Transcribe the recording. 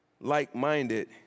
like-minded